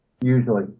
Usually